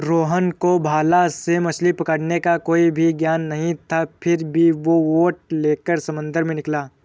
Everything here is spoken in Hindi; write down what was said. रोहन को भाला से मछली पकड़ने का कोई भी ज्ञान नहीं था फिर भी वो बोट लेकर समंदर में निकला